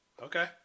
Okay